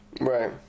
right